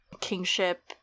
kingship